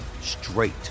straight